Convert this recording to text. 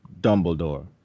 Dumbledore